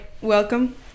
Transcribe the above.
welcome